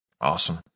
Awesome